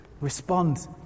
respond